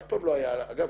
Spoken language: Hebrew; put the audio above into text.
אף פעם לא היה- -- אגב,